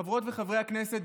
חברות וחברי הכנסת,